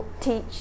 teach